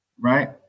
right